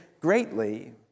greatly